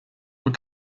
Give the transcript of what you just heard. were